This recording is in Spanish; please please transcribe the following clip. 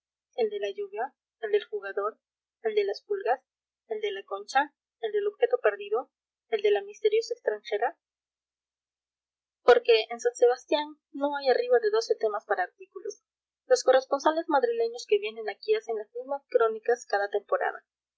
el de la lluvia el del jugador el de las pulgas el de la concha el del objeto perdido el de la misteriosa extranjera porque en san sebastián no hay arriba de doce temas para artículos los corresponsales madrileños que vienen aquí hacen las mismas crónicas cada temporada